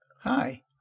Hi